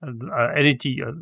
energy